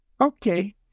Okay